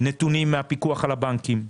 נתונים מהפיקוח על הבנקים,